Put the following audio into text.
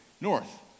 north